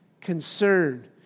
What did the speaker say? concern